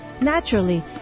naturally